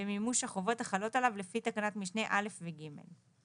במימוש החובות החלות עליו לפי תקנת משנה (א) ו-(ג).